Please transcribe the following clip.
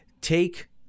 Take